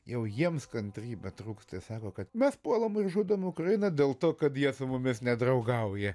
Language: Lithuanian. jau jiems kantrybė trūksta jie sako kad mes puolam žudom ukrainą dėl to kad jie su mumis nedraugauja